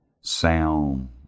sound